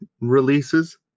releases